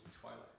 Twilight